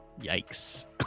yikes